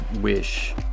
wish